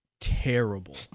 terrible